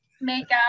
makeup